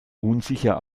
unsicher